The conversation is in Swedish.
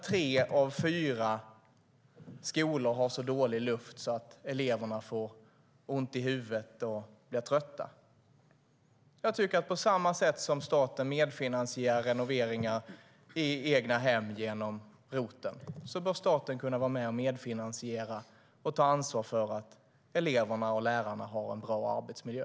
Tre av fyra skolor har så dålig luft att eleverna får ont i huvudet och blir trötta. På samma sätt som staten medfinansierar renovering i egna hem genom ROT-avdrag bör staten kunna medfinansiera skolrenoveringar och ta ansvar för att elever och lärare får en bra arbetsmiljö.